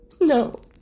No